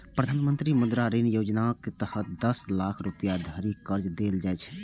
प्रधानमंत्री मुद्रा ऋण योजनाक तहत दस लाख रुपैया धरि कर्ज देल जाइ छै